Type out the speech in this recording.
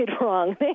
wrong